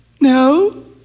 no